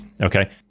Okay